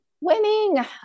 Winning